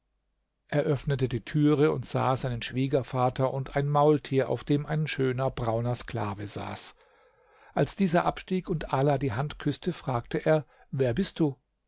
öffnete die türe und sah seinen schwiegervater und ein maultier auf dem ein schöner brauner sklave saß als dieser abstieg und ala die hand küßte fragte er wer bist du